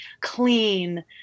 clean